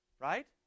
Right